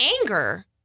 Anger